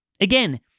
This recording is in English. Again